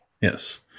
yes